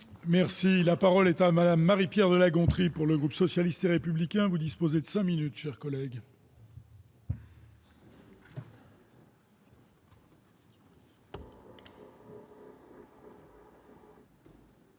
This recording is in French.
Merci, la parole est à madame Marie-Pierre de La Gontrie, pour le groupe socialiste et républicain, vous disposez de 5 minutes chers collègues.